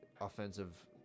offensive